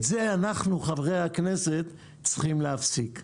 את זה אנחנו, חברי הכנסת, צריכים להפסיק.